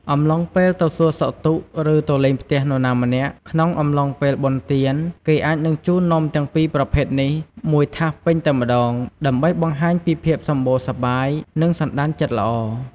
អំឡុងពេលទៅសួរសុខទុក្ខ ឬ ទៅលេងផ្ទះនរណាម្នាក់ ក្នុងអំឡុងពេលបុណ្យទាន គេអាចនឹងជូននំទាំងពីរប្រភេទនេះមួយថាសពេញតែម្ដង ដើម្បីបង្ហាញពីភាពសម្បូរសប្បាយ និងសណ្ដានចិត្តល្អ។